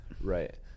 Right